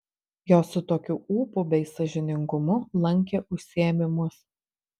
jos su tokiu ūpu bei sąžiningumu lankė užsiėmimus